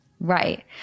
Right